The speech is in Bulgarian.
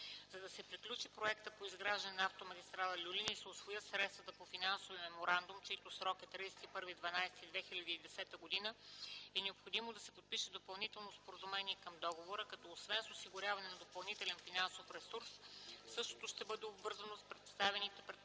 За да се приключи проекта по изграждане на автомагистрала „Люлин” и да се усвоят средствата по Финансовия меморандум, чийто срок е 31 декември 2010 г. е необходимо да се подпише Допълнително споразумение към договора като освен с осигуряването на допълнителен финансов ресурс същото ще бъде обвързано с представените пред комисията